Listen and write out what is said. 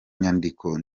nyandiko